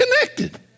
connected